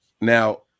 now